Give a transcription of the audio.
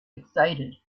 excited